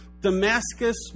Damascus